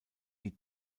die